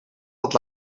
had